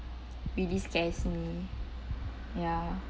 really scares me ya